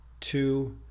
two